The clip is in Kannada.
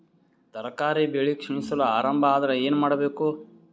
ತರಕಾರಿ ಬೆಳಿ ಕ್ಷೀಣಿಸಲು ಆರಂಭ ಆದ್ರ ಏನ ಮಾಡಬೇಕು?